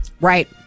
Right